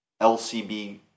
LCB